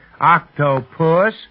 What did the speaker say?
Octopus